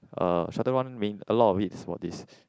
uh shuttle run mean a lot of it is for this